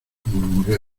murmuré